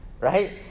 Right